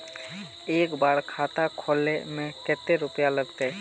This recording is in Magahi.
एक बार खाता खोले में कते रुपया लगते?